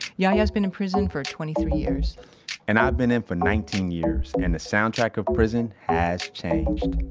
yahya has been in prison for twenty-three years and i've been in for nineteen years and the soundtrack of prison has changed